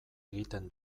egiten